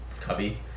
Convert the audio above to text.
cubby